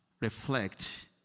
Reflect